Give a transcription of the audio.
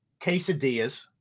quesadillas